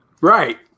right